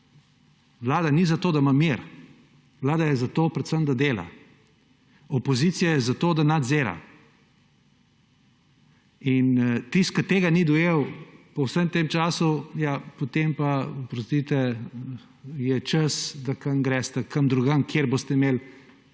Vlada ni zato, da ima mir, vlada je zato predvsem, da dela. Opozicija je zato, da nadzira. In tisti, ki tega ni dojel po vsem tem času, ja, potem pa oprostite, je čas, da greste kam drugam, kjer boste imeli